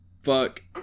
fuck